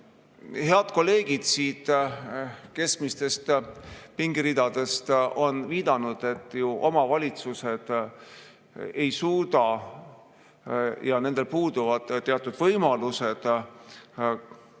Head kolleegid keskmistest pingiridadest on viidanud, et ju omavalitsused ei suuda ja nendel puuduvad teatud võimalused